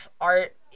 art